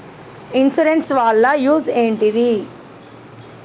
Insurance వాళ్ల use ఏంటిది?